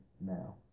now